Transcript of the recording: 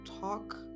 talk